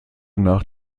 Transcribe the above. nach